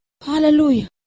Hallelujah